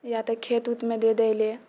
या तऽ खेत उतमे दऽ दैलए